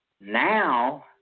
Now